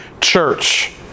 church